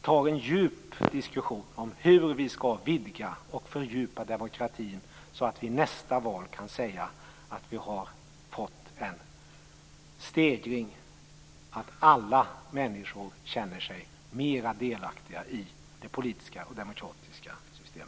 ta en djup diskussion om hur vi skall vidga och fördjupa demokratin, så att vi i nästa val kan säga att vi har fått en stegring och att alla människor känner sig mera delaktiga i det politiska och demokratiska systemet.